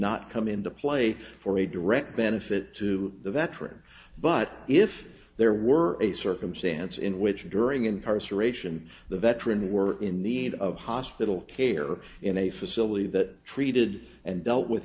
not come into play for a direct benefit to the veterans but if there were a circumstance in which during incarceration the veteran were in need of hospital care in a facility that treated and dealt with